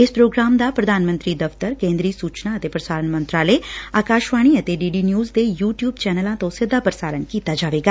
ਇਸ ਪ੍ਰੋਗਰਾਮ ਦਾ ਪ੍ਰਧਾਨ ਮੰਤਰੀ ਦਫ਼ਤਰ ਕੇਂਦਰੀ ਸੂਚਨਾ ਅਤੇ ਪ੍ਸਾਰਣ ਮੰਤਰਾਲੇ ਆਕਾਸ਼ਵਾਣੀ ਅਤੇ ਡੀ ਡੀ ਨਿਉਜ਼ ਦੇ ਯੁ ਟਿਉਬ ਚੈਨਲਾਂ ਤੋਂ ਸਿੱਧਾ ਪ੍ਸਾਰਣ ਕੀਤਾ ਜਾਵੇਗਾ